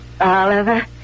Oliver